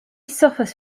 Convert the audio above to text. suffers